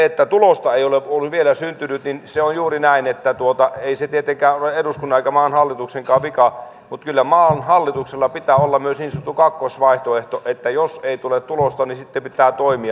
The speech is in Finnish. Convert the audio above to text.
jos tulosta ei ole vielä syntynyt niin se on juuri näin että ei se tietenkään ole eduskunnan eikä maan hallituksenkaan vika mutta kyllä maan hallituksella pitää olla myös niin sanottu kakkosvaihtoehto että jos ei tule tulosta niin sitten pitää toimia